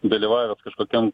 dalyvavęs kažkokiam